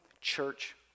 church